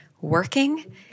working